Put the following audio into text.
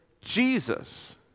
Jesus